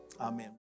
Amen